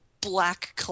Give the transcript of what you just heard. black